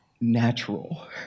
natural